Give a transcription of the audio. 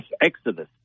exodus